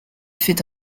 fait